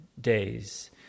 days